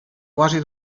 quasi